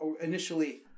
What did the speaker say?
initially